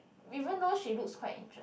even though she looks quite interest